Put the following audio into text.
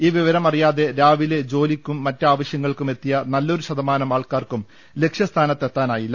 ഈ വിവരം അറിയാതെ രാവിലെ ജോലിക്കും മറ്റാവശ്യ ങ്ങൾക്കും എത്തിയ നല്ലൊരു ശതമാനം ആൾക്കാർക്കും ലക്ഷ്യസ്ഥാ നത്തെത്താനായില്ല